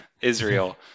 Israel